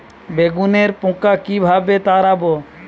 বেগুনের পোকা কিভাবে তাড়াব?